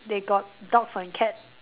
they got dogs and cat